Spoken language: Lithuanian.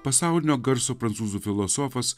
pasaulinio garso prancūzų filosofas